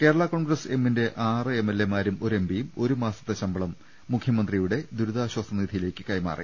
കേരള കോൺഗ്രസ് എമ്മിന്റെ ആറ് M L എമാരും ഒരു എം പിയും ഒരു മാസത്തെ ശമ്പളം മുഖ്യമന്ത്രിയുടെ ദുരിതാശ്വാസ നിധിയിലേക്ക് കൈമാറി